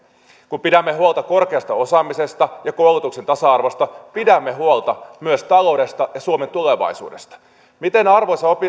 kun pidämme huolta korkeasta osaamisesta ja koulutuksen tasa arvosta pidämme huolta myös taloudesta ja suomen tulevaisuudesta miten arvoisa